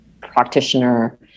practitioner